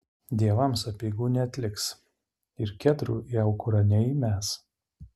dievams apeigų neatliks ir kedrų į aukurą neįmes